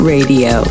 Radio